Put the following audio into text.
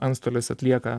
antstolis atlieka